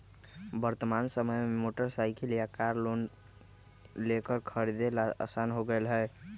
वर्तमान समय में मोटर साईकिल या कार लोन लेकर खरीदे ला आसान हो गयले है